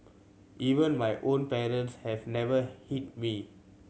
even my own parents have never hit me